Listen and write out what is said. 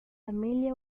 familia